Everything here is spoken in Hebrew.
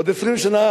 עוד 20 שנה,